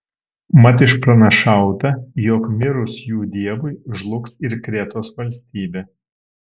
mat išpranašauta jog mirus jų dievui žlugs ir kretos valstybė